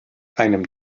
einem